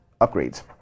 upgrades